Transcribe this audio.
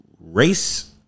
race